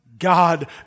God